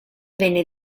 venne